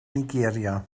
nigeria